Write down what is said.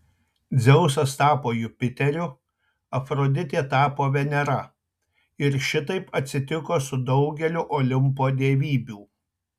dzeusas tapo jupiteriu afroditė tapo venera ir šitaip atsitiko su daugeliu olimpo dievybių